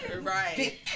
Right